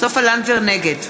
נגד